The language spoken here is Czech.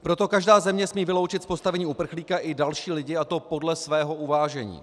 Proto každá země smí vyloučit z postavení uprchlíka i další lidi, a to podle svého uvážení.